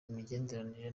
imigenderanire